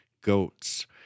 goats